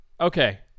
Okay